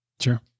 Sure